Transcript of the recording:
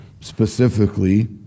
Specifically